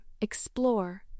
explore